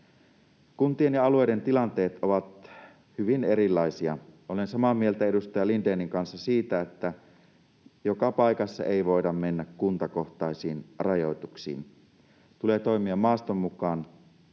Kuntien ja alueiden tilanteet ovat hyvin erilaisia. Olen samaa mieltä edustaja Lindénin kanssa siitä, että joka paikassa ei voida mennä kuntakohtaisiin rajoituksiin. Tulee toimia maaston mukaan